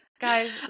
Guys